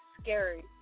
scary